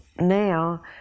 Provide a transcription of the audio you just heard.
now